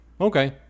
okay